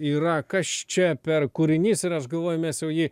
yra kas čia per kūrinys ir aš galvoju mes jau jį